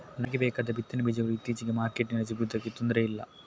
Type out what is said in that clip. ನಮಿಗೆ ಬೇಕಾದ ಬಿತ್ತನೆ ಬೀಜಗಳು ಇತ್ತೀಚೆಗೆ ಮಾರ್ಕೆಟಿನಲ್ಲಿ ಸಿಗುದಕ್ಕೆ ತೊಂದ್ರೆ ಇಲ್ಲ